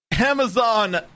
Amazon